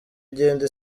igenda